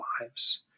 lives